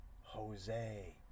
Jose